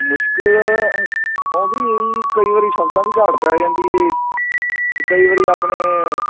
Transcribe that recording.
ਮੁਸ਼ਕਲ ਆਉਂਦੀ ਹੈ ਜੀ ਕਈ ਵਾਰੀ ਸ਼ਬਦਾਂ ਦੀ ਘਾਟ ਪੈ ਜਾਂਦੀ ਹੈ ਅਤੇ ਕਈ ਵਾਰੀ ਆਪਣੇ